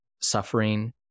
suffering